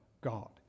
God